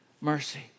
mercy